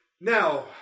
Now